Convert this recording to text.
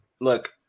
look